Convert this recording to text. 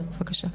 בבקשה.